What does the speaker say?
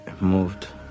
moved